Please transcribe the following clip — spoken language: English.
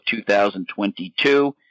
2022